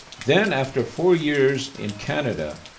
then after four years in canada,